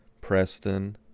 Preston